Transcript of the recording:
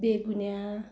Begunia